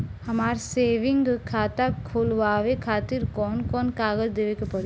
हमार सेविंग खाता खोलवावे खातिर कौन कौन कागज देवे के पड़ी?